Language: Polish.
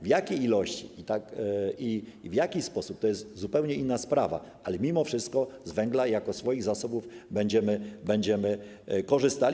W jakiej ilości i w jaki sposób, to jest zupełnie inna sprawa, ale mimo wszystko z węgla jako swoich zasobów będziemy korzystali.